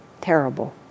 terrible